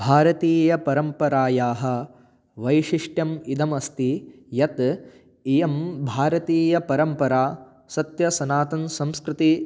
भारतीयपरम्परायाः वैशिष्ट्यम् इदमस्ति यत् इयं भारतीयपरम्परा सत्यसनातनसंस्कृतिः